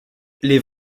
les